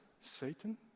Satan